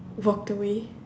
walked away